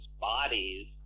bodies